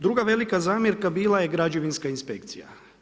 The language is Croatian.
Druga velika zamjerka bila građevinska inspekcija.